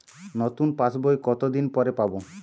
নতুন পাশ বই কত দিন পরে পাবো?